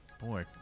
Boy